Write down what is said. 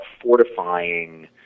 fortifying